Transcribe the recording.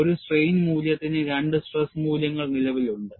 ഒരു സ്ട്രെയിൻ മൂല്യത്തിന് രണ്ട് സ്ട്രെസ് മൂല്യങ്ങൾ നിലവിലുണ്ട്